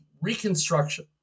reconstruction